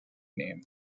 name